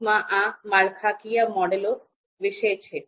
ટૂંકમાં આ માળખાકીય મોડેલો વિશે છે